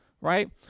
right